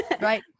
Right